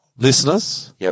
Listeners